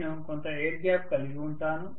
నేను కొంత air gap కలిగి ఉంటాను